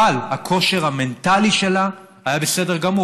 אבל הכושר המנטלי שלה היה בסדר גמור.